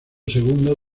segundo